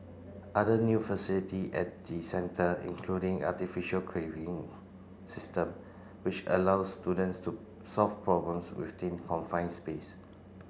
other new facility at the centre including artificial caving system which allow students to solve problems within confined space